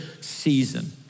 season